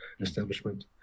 establishment